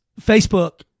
Facebook